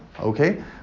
Okay